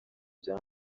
bya